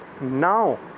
now